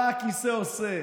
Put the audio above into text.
מה הכיסא עושה?